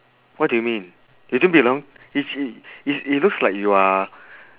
what do you mean you don't belong it's it it's it looks like you are